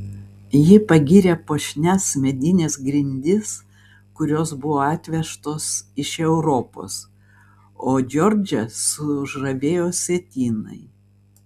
ji pagyrė puošnias medines grindis kurios buvo atvežtos iš europos o džordžą sužavėjo sietynai